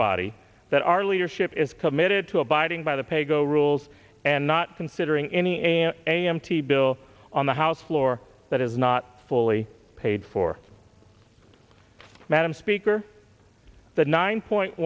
body that our leadership is committed to abiding by the paygo rules and not considering any an a m t bill on the house floor that is not fully paid for madam speaker the nine point